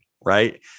right